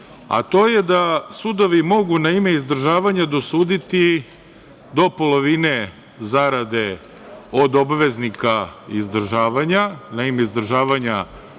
a to je da sudovi mogu na ime izdržavanja dosuditi do polovine zarade od obveznika izdržavanja, na ime izdržavanja